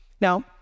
Now